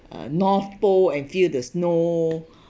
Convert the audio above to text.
uh north pole and feel the snow